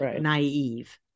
naive